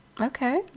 Okay